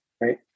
right